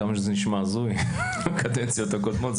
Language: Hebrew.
כמה שזה נשמע הזוי, קדנציות הקודמות.